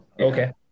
Okay